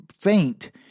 faint